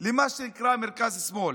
למה שנקרא מרכז-שמאל.